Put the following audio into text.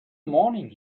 morning